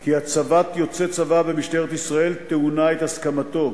כי הצבת יוצא צבא במשטרת ישראל טעונה את הסכמתו